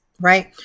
right